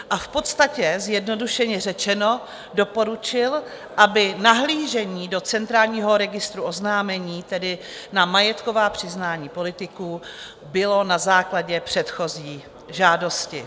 V podstatě zjednodušeně řečeno doporučil, aby nahlížení do Centrálního registru oznámení, tedy na majetková přiznání politiků, bylo na základě předchozí žádosti.